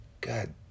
God